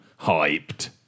hyped